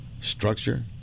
Structure